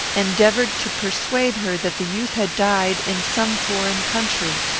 endeavoured to persuade her that the youth had died in some foreign country.